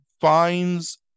finds